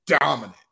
dominant